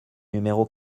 numéro